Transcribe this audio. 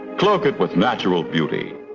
cloak it with natural beauty.